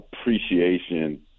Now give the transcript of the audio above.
appreciation